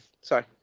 sorry